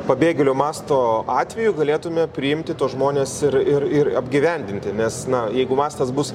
pabėgėlių masto atveju galėtume priimti tuos žmones ir ir ir apgyvendinti nes na jeigu mastas bus